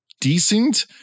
decent